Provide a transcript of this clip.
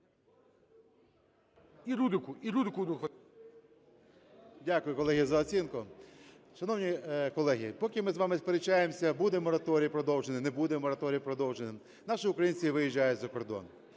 Дякую, колеги, за оцінку. Шановні колеги, поки ми з вами сперечаємось: буде мораторій продовжений, не буде мораторій продовжений, - наші українці виїжджають за кордон.